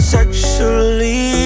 Sexually